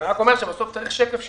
אני רק אומר שבסוף צריך שקף שיראה,